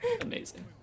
Amazing